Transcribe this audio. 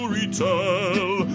retell